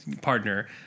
partner